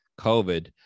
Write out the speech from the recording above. covid